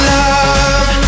love